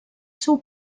seu